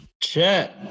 Check